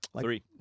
Three